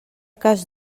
cas